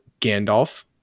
Gandalf